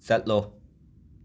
ꯆꯠꯂꯣ